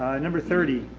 number thirty,